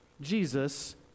Jesus